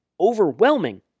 overwhelming